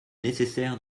nécessaire